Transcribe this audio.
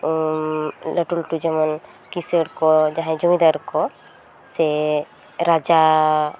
ᱞᱟᱹᱴᱩ ᱞᱟᱹᱴᱩ ᱡᱮᱢᱚᱱ ᱠᱤᱥᱟᱹᱲ ᱠᱚ ᱡᱟᱦᱟᱸᱭ ᱡᱚᱢᱤᱫᱟᱨ ᱠᱚ ᱥᱮ ᱨᱟᱡᱟ